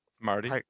marty